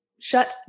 shut